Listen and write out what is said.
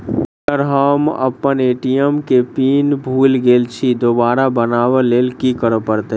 Sir हम अप्पन ATM केँ पिन भूल गेल छी दोबारा बनाब लैल की करऽ परतै?